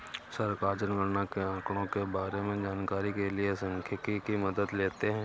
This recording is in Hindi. सरकार जनगणना के आंकड़ों के बारें में जानकारी के लिए सांख्यिकी की मदद लेते है